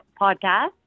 podcast